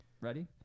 ready